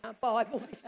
Bible